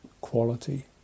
quality